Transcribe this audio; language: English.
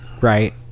right